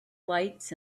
lights